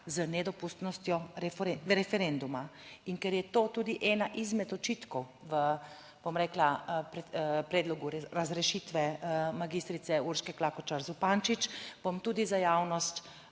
z nedopustnostjo referenduma. In ker je to tudi ena izmed očitkov v, bom rekla, predlogu razrešitve magistrice Urške Klakočar Zupančič, bom tudi za javnost